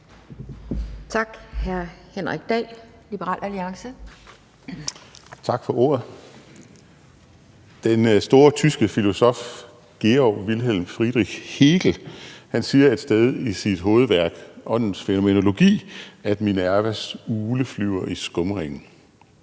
(Ordfører) Henrik Dahl (LA): Tak for ordet. Den store tyske filosof Georg Wilhelm Friedrich Hegel siger et sted i sit hovedværk, Åndens fænomenologi, at Minervas ugle flyver i skumringen.